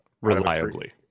Reliably